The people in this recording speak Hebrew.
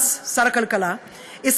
שר הכלכלה דאז,